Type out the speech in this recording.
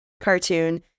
cartoon